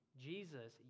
Jesus